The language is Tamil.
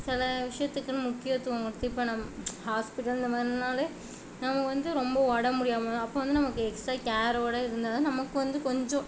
சில விஷயத்துக்குன்னு முக்கியத்துவம் கொடுத்து இப்போ நம்ம ஹாஸ்பிடல் இந்தமாதிரின்னாலே நமக்கு வந்து ரொம்ப உடம்பு முடியாமல் அப்போ வந்து நமக்கு எக்ஸ்ட்ரா கேரோடு இருந்தால்தான் நமக்கு வந்து கொஞ்சம்